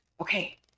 okay